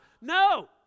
No